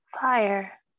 Fire